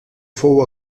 fou